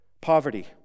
Poverty